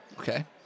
Okay